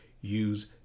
Use